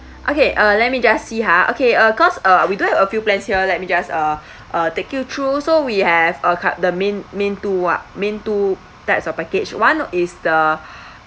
okay uh let me just see ha okay uh cause uh we do have a few plans here let me just uh uh take you through so we have uh cu~ the main main two what main two types of package one is the